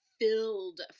filled